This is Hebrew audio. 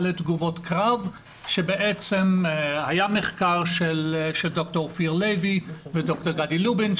לתגובות קרב שהיה מחקר של ד"ר אופיר לוי וד"ר גדי לובין,